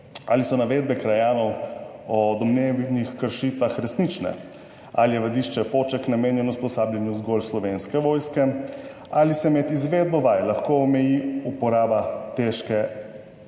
Ali so navedbe krajanov o domnevnih kršitvah resnične? Ali je vadišče Poček namenjeno usposabljanju zgolj slovenske vojske? Ali se med izvedbo vaj lahko omeji uporaba težke